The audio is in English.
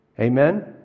Amen